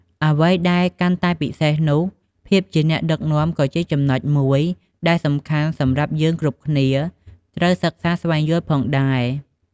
អ្វីដែលកាន់តែពិសេសនោះ ភាពជាអ្នកដឹកនាំក៏ជាចំណុចមួយដែលសំខាន់សម្រាប់យើងគ្រប់គ្នាត្រូវសិក្សាស្វែងយល់ផងដែរ។